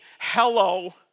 Hello